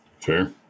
Fair